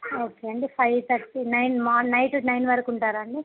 okay అండి five thirty nine మార్ night nine వరకు ఉంటారా అండి